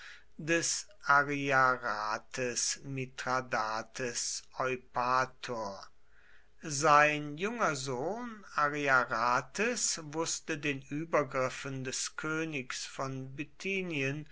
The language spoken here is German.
des ariarathes mithradates eupator sein junger sohn ariarathes wußte den übergriffen des königs von